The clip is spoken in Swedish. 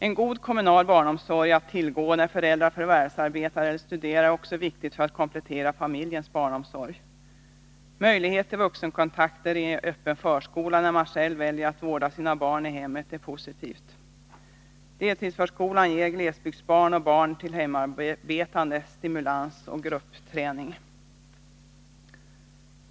En god kommunal barnomsorg, som finns att tillgå när föräldrar förvärvsarbetar eller studerar, är också viktig för att komplettera familjens barnomsorg. Möjlighet till vuxenkontakter i en öppen förskola när man själv väljer att vårda sina barn i hemmet är positivt. Deltidsförskolan ger glesbygdsbarn och barn till hemarbetande stimulans och gruppträning.